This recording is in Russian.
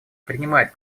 принимает